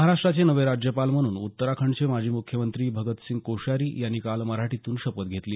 महाराष्ट्राचे नवे राज्यपाल म्हणून उत्तराखंडचे माजी मुख्यमंत्री भगतसिंह कोश्यारी यांनी काल मराठीतून शपथ घेतली